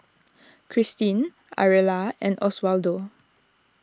Kristine Ariella and Oswaldo